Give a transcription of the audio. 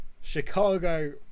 Chicago